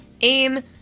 aim